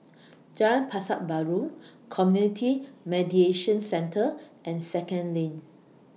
Jalan Pasar Baru Community Mediation Centre and Second LINK